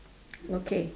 okay